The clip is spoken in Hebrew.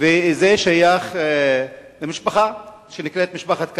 וזה שייך למשפחה שנקראת משפחת כבהא.